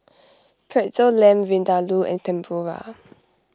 Pretzel Lamb Vindaloo and Tempura